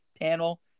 panel